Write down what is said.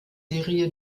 serie